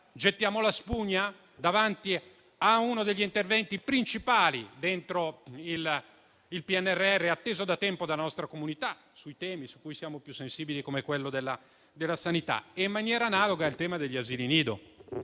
Gettiamo la spugna davanti a uno degli interventi principali all'interno del PNRR, atteso da tempo dalla nostra comunità, sui temi su cui siamo più sensibili come quello della sanità? La situazione è analoga per quanto riguarda gli asili nido: